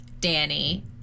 Danny